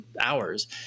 hours